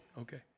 okay